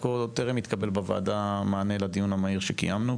כה טרם התקבל בוועדה מענה לדיון המהיר שקיימנו.